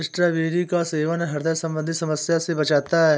strawberry का सेवन ह्रदय संबंधी समस्या से बचाता है